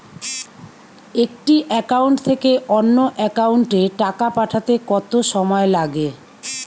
একটি একাউন্ট থেকে অন্য একাউন্টে টাকা পাঠাতে কত সময় লাগে?